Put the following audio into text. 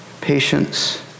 patience